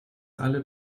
alle